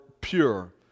pure